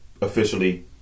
officially